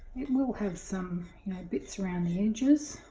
it will have some you know bits around the edges